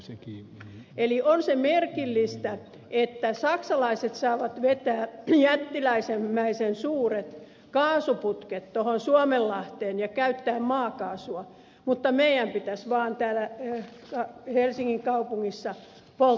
eli on se merkillistä että saksalaiset saavat vetää jättiläismäisen suuret kaasuputket tuohon suomenlahteen ja käyttää maakaasua mutta meidän pitäisi vaan täällä helsingin kaupungissa polttaa puuta